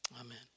amen